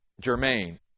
Germain